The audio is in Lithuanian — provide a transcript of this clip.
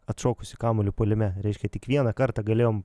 atšokusį kamuolį puolime reiškia tik vieną kartą galėjom